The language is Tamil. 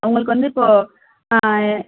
அவங்களுக்கு வந்து இப்போ